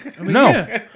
No